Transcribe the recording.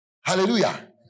Hallelujah